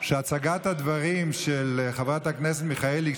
שהצגת הדברים של חברת הכנסת מיכאלי,